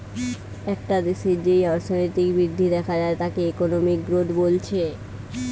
একটা দেশের যেই অর্থনৈতিক বৃদ্ধি দেখা যায় তাকে ইকোনমিক গ্রোথ বলছে